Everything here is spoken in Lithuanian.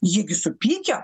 jie gi supykę